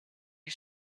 you